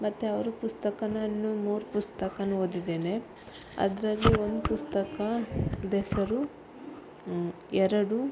ಮತ್ತೆ ಅವರು ಪುಸ್ತಕವನ್ನು ಮೂರು ಪುಸ್ತಕ ಓದಿದ್ದೇನೆ ಅದರಲ್ಲಿ ಒಂದು ಪುಸ್ತಕ ಹೆಸರು ಎರಡು